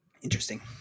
Interesting